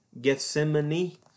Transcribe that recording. Gethsemane